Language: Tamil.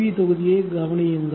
வி தொகுதியைக் கவனியுங்கள்